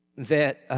that